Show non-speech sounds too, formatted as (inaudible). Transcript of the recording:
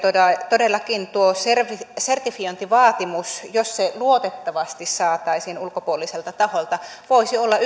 todellakin tuo sertifiointivaatimus jos se luotettavasti saataisiin ulkopuoliselta taholta voisi olla (unintelligible)